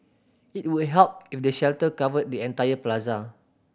it would help if the shelter covered the entire plaza